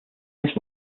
this